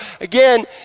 again